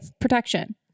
Protection